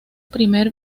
primer